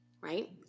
right